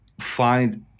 find